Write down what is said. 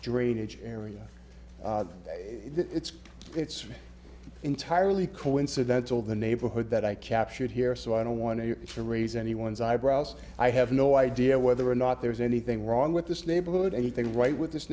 drainage area it's it's entirely coincidental the neighborhood that i captured here so i don't want to to raise anyone's eyebrows i have no idea whether or not there's anything wrong with this neighborhood anything right with this